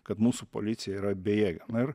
kad mūsų policija yra bejėgė na ir